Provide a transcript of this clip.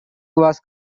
was